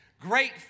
Great